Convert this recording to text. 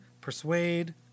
persuade